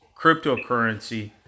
cryptocurrency